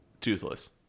toothless